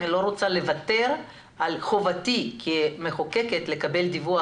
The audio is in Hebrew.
אני לא רוצה לוותר על חובתי כמחוקקת לקבל דיווח